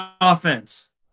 offense